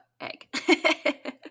egg